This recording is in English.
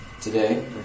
today